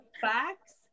facts